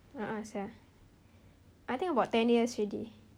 a'ah [sial] I think about ten years already